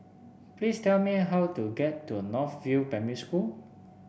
please tell me how to get to North View Primary School